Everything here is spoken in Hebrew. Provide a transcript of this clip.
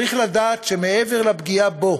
צריך לדעת שמעבר לפגיעה בו